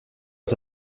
des